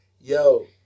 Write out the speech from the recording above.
yo